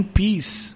peace